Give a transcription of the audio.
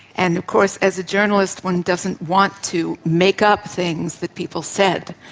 and of course, as a journalist one doesn't want to make up things that people said.